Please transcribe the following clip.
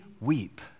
weep